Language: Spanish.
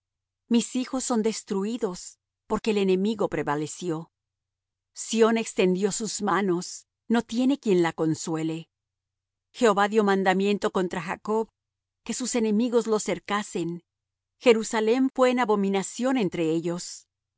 mis hijos son destruídos porque el enemigo prevaleció sión extendió sus manos no tiene quien la consuele jehová dió mandamiento contra jacob que sus enemigos lo cercasen jerusalem fué en abominación entre ellos